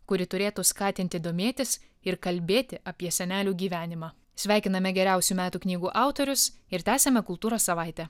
kuri turėtų skatinti domėtis ir kalbėti apie senelių gyvenimą sveikiname geriausių metų knygų autorius ir tęsiame kultūros savaitę